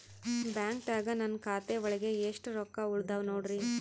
ಬ್ಯಾಂಕ್ದಾಗ ನನ್ ಖಾತೆ ಒಳಗೆ ಎಷ್ಟ್ ರೊಕ್ಕ ಉಳದಾವ ನೋಡ್ರಿ?